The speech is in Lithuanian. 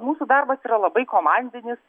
mūsų darbas yra labai komandinis